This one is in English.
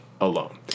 alone